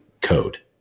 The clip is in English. code